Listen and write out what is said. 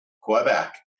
Quebec